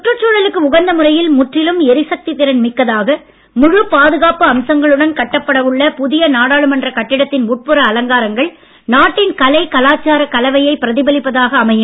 சுற்றுச்சூழலுக்கு உகந்த முறையில் முற்றிலும் எரிசக்தி திறன் மிக்கதாக முழு பாதுகாப்பு அம்சங்களுடன் கட்டப்பட உள்ள புதிய நாடாளுமன்ற கட்டிடத்தின் உட்புற அலங்காரங்கள் நாட்டின் கலை கலாச்சாரக் கலவையை பிரதிபலிப்பதாக அமையும்